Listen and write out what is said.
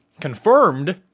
confirmed